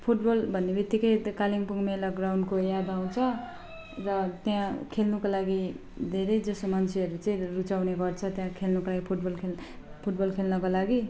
football भन्नेबितिक्कै त्यो कालिम्पोङ मेला ग्राउन्डको याद आउँछ र त्यहाँ खेल्नुको लागि धेरैजसो मान्छेहरू चाहिँ रुचाउने गर्छ त्यहाँ खेल्नुको लागि फुटबल खेल फुटबल खेल्नको लागि